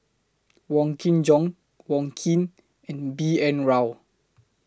Wong Kin Jong Wong Keen and B N Rao